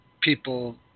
people